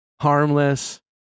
harmless